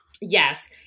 Yes